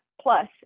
plus